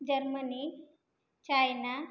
Germany China